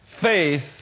Faith